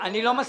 אני לא מסכים.